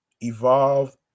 evolve